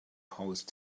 post